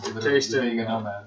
Tasting